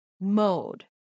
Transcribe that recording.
mode